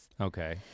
Okay